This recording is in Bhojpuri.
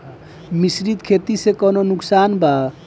मिश्रित खेती से कौनो नुकसान वा?